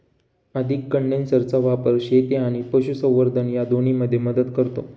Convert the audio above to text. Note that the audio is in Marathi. अधिक कंडेन्सरचा वापर शेती आणि पशुसंवर्धन या दोन्हींमध्ये मदत करतो